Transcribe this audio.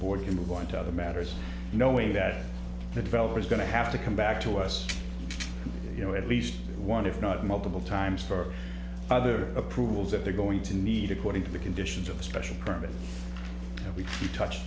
board can move on to other matters knowing that the developer is going to have to come back to us you know at least one if not multiple times for other approvals that they're going to need to quit the conditions of the special permit we touch